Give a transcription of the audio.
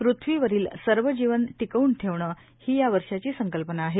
पृथ्वीवरील सर्व जीवन टिकवून ठेवणे ही या वर्षाची संकल्पना आहे